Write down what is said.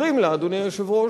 אומרים לה, אדוני היושב-ראש: